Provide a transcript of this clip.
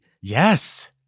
Yes